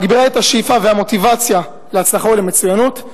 מגבירה את השאיפה והמוטיבציה להצלחה ומצוינות,